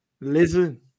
listen